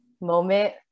moment